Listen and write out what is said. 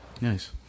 Nice